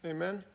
Amen